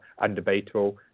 undebatable